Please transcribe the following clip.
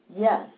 yes